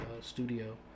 studio